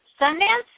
Sundance